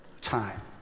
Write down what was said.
Time